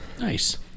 Nice